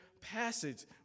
passage